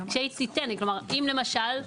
למשל,